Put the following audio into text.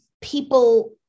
people